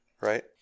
right